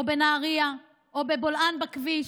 או בנהריה, או בבולען בכביש.